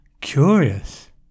Curious